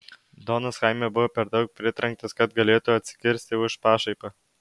donas chaime buvo per daug pritrenktas kad galėtų atsikirsti už pašaipą